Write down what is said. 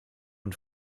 und